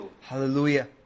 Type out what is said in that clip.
Hallelujah